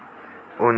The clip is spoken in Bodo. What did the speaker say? उनसं